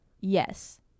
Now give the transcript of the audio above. yes